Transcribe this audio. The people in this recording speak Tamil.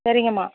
சரிங்கம்மா